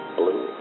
blue